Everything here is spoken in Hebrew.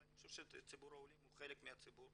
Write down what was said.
אני חושב שציבור העולים הוא חלק מהציבור